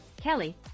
Kelly